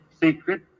secret